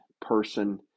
person